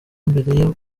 mbere